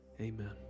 Amen